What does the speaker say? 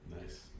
Nice